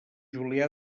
julià